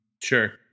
Sure